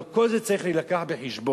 כל זה צריך לבוא בחשבון.